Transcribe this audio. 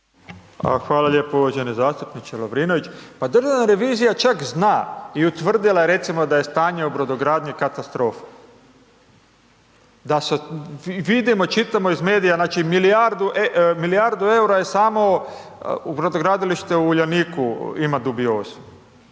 Hvala lijepa uvaženi zastupniče Lovrinović, pa Državna revizija čak zna i utvrdila je recimo da je stanje u brodogradnji katastrofa, da su, vidimo, čitamo iz medija, znači, milijardu EUR-a je samo u Brodogradilište u Uljaniku ima dubiozu